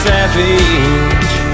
Savage